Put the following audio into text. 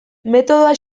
metodoa